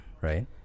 right